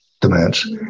demands